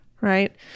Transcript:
Right